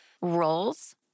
roles